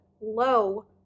low